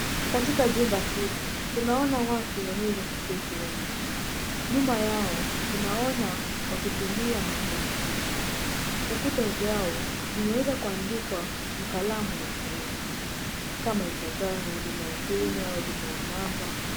Katika jumba hili tunaona watu waweza kuketi wengi. Nyuma yao tunaona wakitumia makompyuta. Ukuta zao zimeweza kuandikwa na kalamu ya green kama ifuatavyo, Huduma Center, Huduma Number.